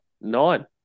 nine